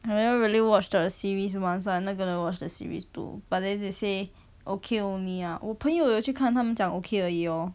I never really watch the series one so I not gonna watch the series two but then they say okay only ah 我朋友有去看他们讲 okay 而已 orh